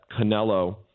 Canelo